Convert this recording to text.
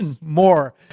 more